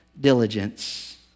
diligence